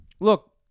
Look